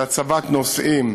להצבת נושאים,